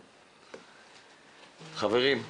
חברים,